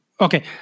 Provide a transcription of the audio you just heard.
Okay